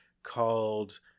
called